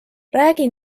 räägi